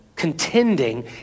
contending